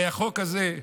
הרי החוק הזה,